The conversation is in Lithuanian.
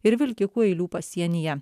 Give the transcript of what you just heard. ir vilkikų eilių pasienyje